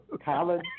College